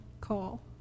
call